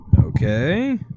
Okay